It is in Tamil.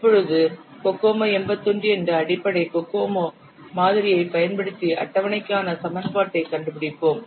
இப்போழுது கோகோமோ 81 என்ற அடிப்படை கோகோமோ மாதிரியைப் பயன்படுத்தி அட்டவணைக்கான சமன்பாட்டைக் கண்டுபிடிப்போம்